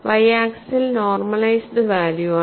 Y ആക്സിസിൽ normalised value ആണ്